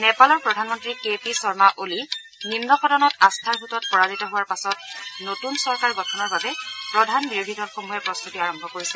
নেপালৰ প্ৰধানমন্ত্ৰী কে পি শৰ্মা অলি নিম্ন সদনত আস্থাৰ ভোটত পৰাজিত হোৱাৰ পাছত নতুন চৰকাৰ গঠনৰ বাবে প্ৰধান বিৰোধী দলসমূহে প্ৰস্তুতি আৰম্ভ কৰিছে